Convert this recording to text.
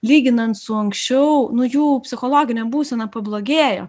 lyginant su anksčiau nu jų psichologinė būsena pablogėjo